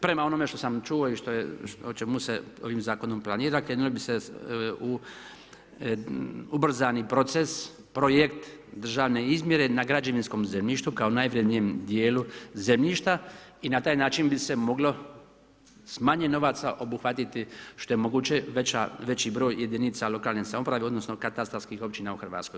Prema onome što sam čuo i o čemu se ovim zakonom planira krenulo bi se u ubrzani proces projekt državne izmjere na građevinskom zemljištu kao najvrjednijem dijelu zemljišta, i na taj način bi se moglo s manje novaca obuhvatiti što je mogući veći broj jedinice lokalne samouprave, odnosno, katastarskih općina u Hrvatskoj.